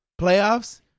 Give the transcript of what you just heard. Playoffs